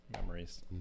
memories